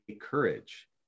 courage